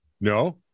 No